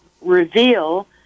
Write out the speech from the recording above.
Reveal